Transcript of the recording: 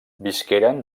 visqueren